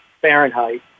Fahrenheit